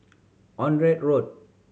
Onraet Road